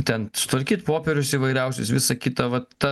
ten sutvarkyt popierius įvairiausius visa kita vat ta